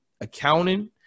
accounting